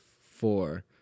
four